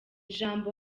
jambo